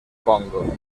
congo